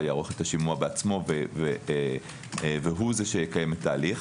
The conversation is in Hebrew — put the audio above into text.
יערוך את השימוע בעצמו והוא זה שיקיים את ההליך.